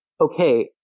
Okay